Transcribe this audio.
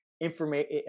information